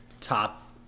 top